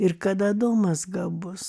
ir kad adomas gabus